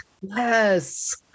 Yes